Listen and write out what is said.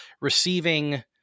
receiving